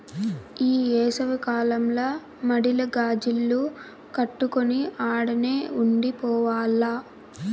ఈ ఏసవి కాలంల మడిల గాజిల్లు కట్టుకొని ఆడనే ఉండి పోవాల్ల